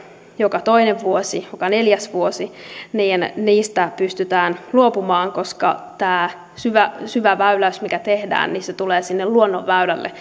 joka toinen vuosi joka neljäs vuosi pystytään luopumaan koska tämä syväväyläys mikä tehdään tulee sinne luonnonväylälle